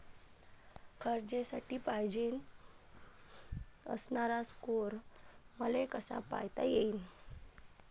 कर्जासाठी पायजेन असणारा स्कोर मले कसा पायता येईन?